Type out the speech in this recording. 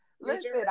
Listen